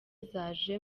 zaje